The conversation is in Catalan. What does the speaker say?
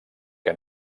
que